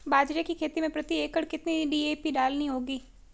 बाजरे की खेती में प्रति एकड़ कितनी डी.ए.पी डालनी होगी?